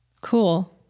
cool